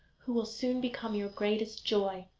who will soon become your greatest joy